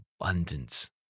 abundance